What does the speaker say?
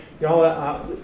Y'all